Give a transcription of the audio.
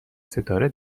ستاره